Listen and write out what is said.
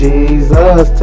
Jesus